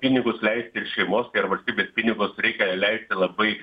pinigus leisti ir šeimos ir valstybės pinigus reikia labai